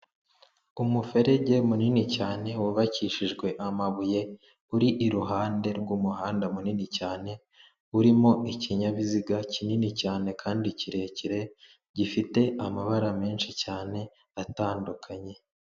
Umuferege munini cyane wubakishijwe amabuye uri iruhande rw'umuhanda munini cyane, urimo ikinyabiziga kinini cyane kandi kirekire gifite amabara menshi cyane atandukanye.